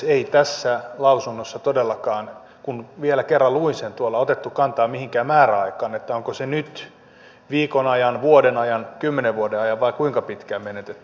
ei tässä lausunnossa todellakaan kun vielä kerran luin sen tuolla otettu kantaa mihinkään määräaikaan että onko se nyt viikon ajan vuoden ajan kymmenen vuoden ajan vai kuinka pitkään menetetty